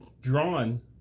drawn